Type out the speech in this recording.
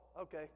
okay